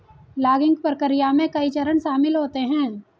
logging प्रक्रिया में कई चरण शामिल होते है